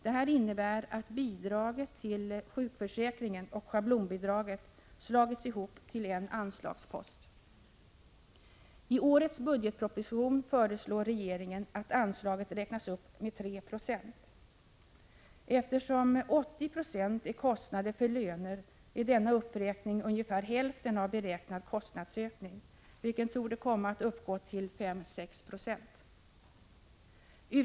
Detta innebär att bidraget till sjukförsäkringen och schablonbidraget slagits ihop till en anslagspost. I årets budgetproposition föreslår regeringen att anslaget räknas upp med 3 90. Eftersom 80 96 är kostnader för löner är denna uppräkning ungefär hälften av beräknad kostnadsökning, vilken torde komma att uppgå till 5-6 96.